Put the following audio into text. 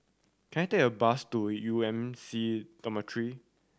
can I take a bus to U M C Dormitory